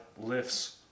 lifts